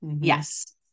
Yes